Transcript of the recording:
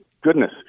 Goodness